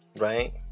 right